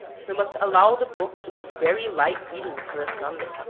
we must allow the book to be very light reading for a sunday,